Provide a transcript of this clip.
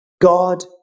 God